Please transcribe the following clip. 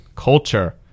culture